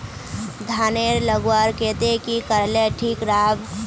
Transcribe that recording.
धानेर लगवार केते की करले ठीक राब?